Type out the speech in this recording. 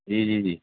جی جی جی